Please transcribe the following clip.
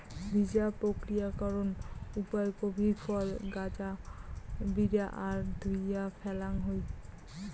ভিজা প্রক্রিয়াকরণ উপায় কফি ফল গাঁজা বিরা আর ধুইয়া ফ্যালাং হই